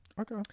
Okay